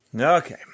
Okay